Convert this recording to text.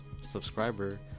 subscriber